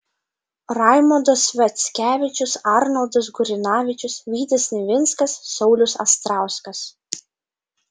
raimondas sviackevičius arnoldas gurinavičius vytis nivinskas saulius astrauskas